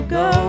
go